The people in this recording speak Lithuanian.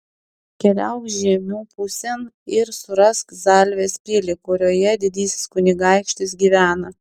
keliauk žiemių pusėn ir surask zalvės pilį kurioje didysis kunigaikštis gyvena